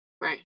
Right